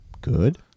good